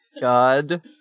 God